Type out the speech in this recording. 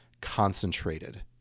concentrated